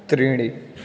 त्रीणि